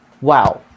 wow